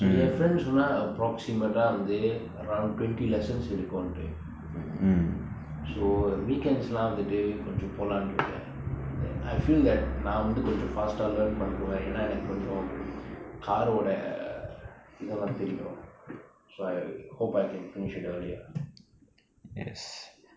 so என்:yen friends who சொன்னான்:sonaan approximate வந்து ஒறு:vanthu oru twenty lessons எடுக்கும்ட்டு:edukumttu so weekends வந்துட்டு கொன்ஜொ போலாம்னு இருக்கேன்:vanthuttu konjo polaamnu iruken then I feel that நா வந்து கொன்ஜொ:naa vanthu konjo fast learn பன்னுவேன் எனா எனக்கு கொன்ஜொ:pannuven enaa enakku konjo car இதெல்லா தெரியும்:ithellaa theriyum so I hope I can finish it early